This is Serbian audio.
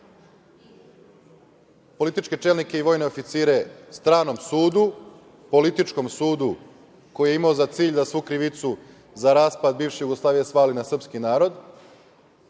političke čelnike i vojne oficire stranom sudu, političkom sudu koji je imao za cilj da svu krivicu za raspad bivše Jugoslavije svali na srpski narod.